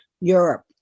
Europe